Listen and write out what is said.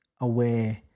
aware